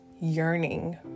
yearning